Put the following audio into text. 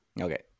Okay